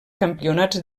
campionats